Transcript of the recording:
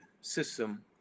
system